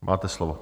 Máte slovo.